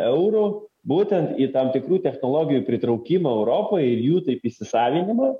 eurų būtent į tam tikrų technologijų pritraukimą europoj ir jų taip įsisavinimą